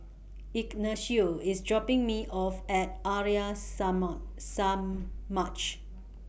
Ignacio IS dropping Me off At Arya Samaj